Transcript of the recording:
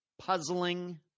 puzzling